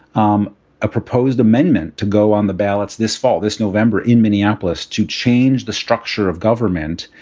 um a proposed amendment to go on the ballots this fall, this november in minneapolis to change the structure of government,